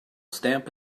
stamp